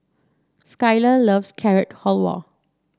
Skyler loves Carrot Halwa